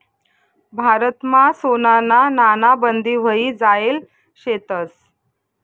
भारतमा सोनाना नाणा बंद व्हयी जायेल शेतंस